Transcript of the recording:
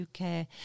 uk